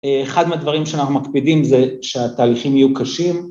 אחד מהדברים שאנחנו מקפידים זה שהתהליכים יהיו קשים.